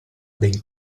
ben